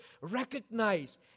recognize